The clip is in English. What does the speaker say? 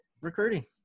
recruiting